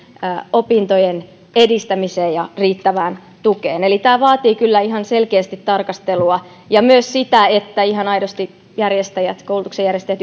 opintojen edistämiseen ja riittävään tukeen eli tämä vaatii kyllä ihan selkeästi tarkastelua ja myös sitä että ihan aidosti koulutuksen järjestäjät